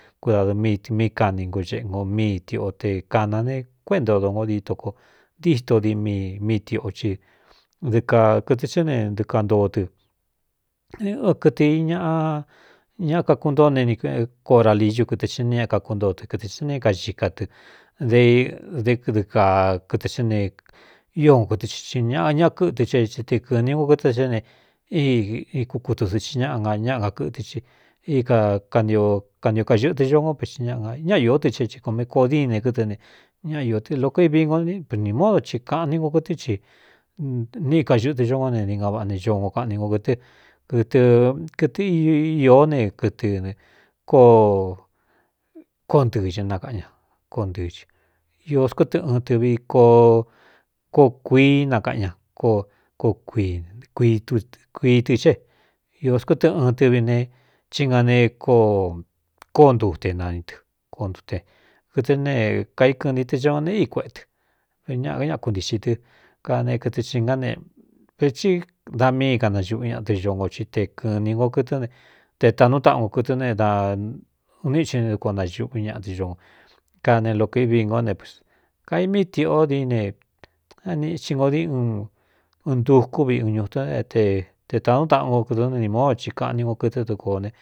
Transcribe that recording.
Kudadɨ míi tɨ mí kani ngoxeꞌ ngo míi tiꞌo te kāna ne kuéꞌenta odongo dií to ko ntîto di míi tiꞌo i dɨkakɨtɨ xɨ ne dɨka ntoo tɨkɨtɨ̄ iñaꞌa ñakaku ntóo nekkoraliyu kɨtɨ xi né ñaa kakúntoo tɨ kɨtɨ xɨ ne é kaxika tɨ d d dɨɨ kā kɨtɨ xɨ ne i no kɨtɨ i ñꞌ ña kɨ́tɨ xe e te kɨ̄ꞌɨ̄ni nko kɨtɨ xé ne ikú kutusɨxi ñaꞌa na ñáꞌ kakɨtɨ i i ka kankantio kaxɨ̄ꞌɨtɨ co ngó pexɨ ñꞌa a ñaꞌa ió tɨ xé i kome koo dîn ne kɨtɨ ne ñaꞌa ió tɨ loko ivi ngo ni módo i kāꞌan ni nko kɨtɨ́ i nii kaxɨꞌutɨ ño ngó ne di ga vaꞌa ne ñono kaꞌani ngo kɨtɨ kɨtɨkɨtɨ īó ne kɨtɨ kóo kóo ntɨɨxɨ nakaꞌan ña koo ntɨɨ cɨ ó skó tɨ ɨɨn tɨvi koo kuií nakaꞌan ña kkuii tɨ xée ī skó tɨ ɨn tɨvi ne chi nga ne koo kó ntu te nani dɨ koontute kɨtɨ ne kaíkɨnti tɨ oo ne í kueꞌetɨ ñꞌa ka ña kuntixi tɨ ka ne kɨtɨ i ngá nevēti da míi kanaxuꞌu ñaꞌa tɨ ñono i te kɨnī nko kɨtɨ́ te tanú taꞌan ko kɨtɨ́ ne a uni xin n d koo naxuꞌu ñaꞌa tɨ ñono kane lok ivi ngó ne kai míi tiꞌo diíne ñanixi ngo di n uɨn ntukú vi un ñutún é te te tanú taꞌan nko kɨt ó né ni módo i kaꞌni no kɨtɨ dɨɨ kō ne.